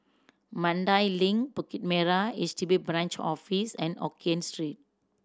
Mandai Link Bukit Merah H D B Branch Office and Hokkien Street